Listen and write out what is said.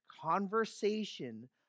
conversation